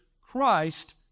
Christ